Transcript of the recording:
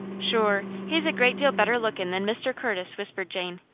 shure, he's a great deal better lookin' than mr. curtis, whispered jane.